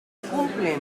cumplen